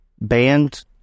band